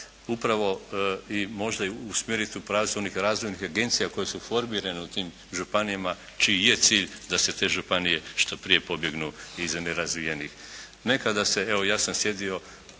Upravo i možda usmjeriti u pravcu onih razvojnih agencija koje su formirane u tim županijama čiji je cilj da se te županije što prije pobjegnu iz nerazvijenih.